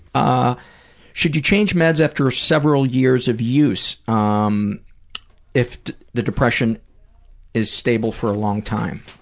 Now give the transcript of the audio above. ah should you change meds after several years of use um if the depression is stable for a long time?